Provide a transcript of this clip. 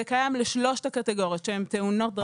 זה קיים לשלושת הקטיגוריות שציינתי תאונות דרכים,